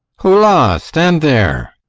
holla! stand there!